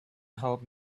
help